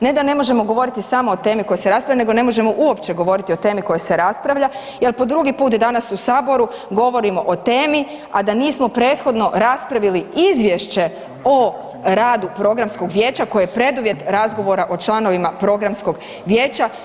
Ne da ne možemo govoriti samo o temi koja se raspravlja nego ne možemo uopće govoriti o temi o kojoj se raspravlja jer po drugi put danas u Saboru govorimo o temi, a da nismo prethodno raspravili izvješće o radu Programskog vijeća koje je preduvjet razgovora o članovima Programskog vijeća.